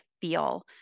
feel